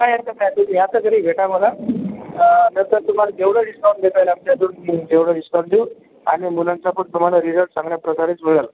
काही हरकत नाही तुम्ही या तर खरी भेटा मला आं नंतर तुम्हाला जेवढं डिस्काउंट देता येईल आमच्याकडून तेवढं डिस्काउंट देऊ आणि मुलांचा पण तुम्हाला रिजल्ट चांगल्याप्रकारेच मिळेल